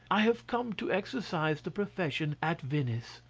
i have come to exercise the profession at venice.